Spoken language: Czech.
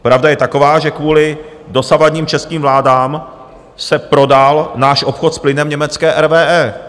Pravda je taková, že kvůli dosavadním českým vládám se prodal náš obchod s plynem německé RWE.